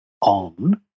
on